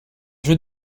jeux